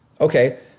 Okay